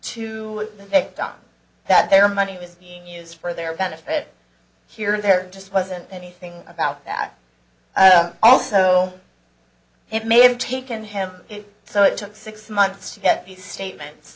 to the victim that their money was being used for their benefit here and there just wasn't anything about that also it may have taken him so it took six months to get these statements